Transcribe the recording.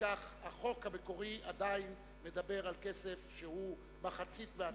וכך החוק המקורי עדיין מדבר על כסף שהוא מחצית מהתמלוגים.